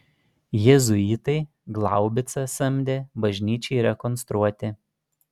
jėzuitai glaubicą samdė bažnyčiai rekonstruoti